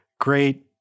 great